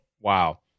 Wow